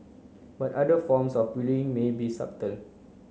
but other forms of bullying may be